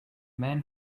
man